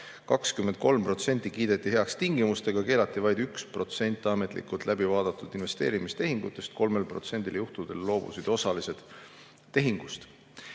23%, kiideti heaks tingimustega. Keelati vaid 1% ametlikult läbi vaadatud investeerimistehingutest. 3% juhtudel loobusid osalised tehingust.